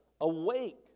Awake